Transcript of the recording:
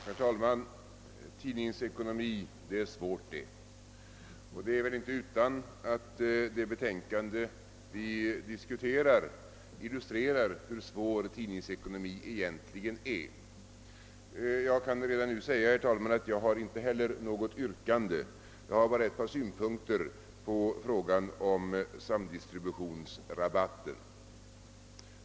Herr talman! Tidningsekonomi — det är svårt det! Det är väl inte utan att det utlåtande som vi nu diskuterar illustrerar hur svår tidningsekonomi egentligen är. Jag kan redan nu säga, herr talman, att inte heller jag har något yrkande. Jag vill bara anföra några synpunkter på frågan om samdistributionsrabatten.